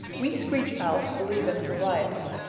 we screech owls believe in variety.